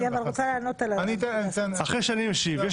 אבל אני רוצה לענות על --- אחרי שאני משיב יש דיון,